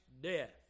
death